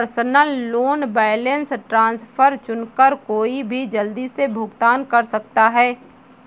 personal loan balance transfer चुनकर कोई भी जल्दी से भुगतान कर सकता है